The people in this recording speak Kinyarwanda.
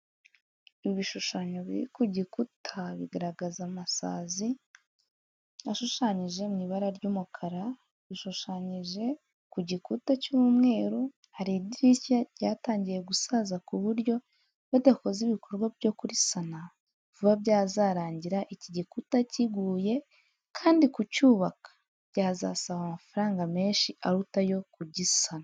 Ibishushanyo biri ku gikuta bigaragaza amasazi, ashushanyije mu ibara ry'umukara bishushanyije ku gikuta cy'umweru, hari idirishya ryatangiye gusaza ku buryo badakoze ibikorwa byo kurisana vuba byazarangira iki gikuta kiguye, kandi kucyubaka byazasaba amafaranga menshi aruta ayo kugisana.